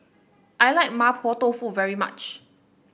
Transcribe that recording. I like Mapo Tofu very much